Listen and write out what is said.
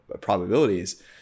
probabilities